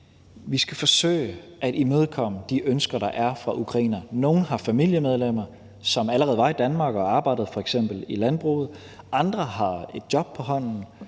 vi skal forsøge at imødekomme de ønsker, der er fra ukrainere. Nogle har familiemedlemmer, som allerede er i Danmark og f.eks. arbejder i landbruget, andre har et job på hånden,